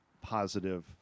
positive